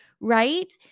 right